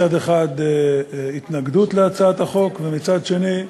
מצד אחד, התנגדות להצעת החוק, ומצד שני,